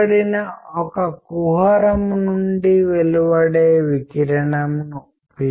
మనము భావోద్వేగాల గురించి మాట్లాడుతున్నప్పుడు మీరు కలవరపడతారు లేదా మీరు చాలా సంతోషంగా ఉన్నారు లేదా దృష్టి పెట్టరు